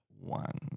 one